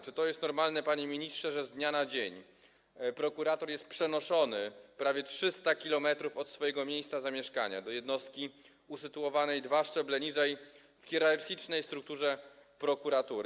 Czy to jest normalne, panie ministrze, że z dnia na dzień prokurator jest przenoszony prawie 300 km od swojego miejsca zamieszkania do jednostki usytuowanej dwa szczeble niżej w hierarchicznej strukturze prokuratury?